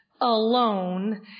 alone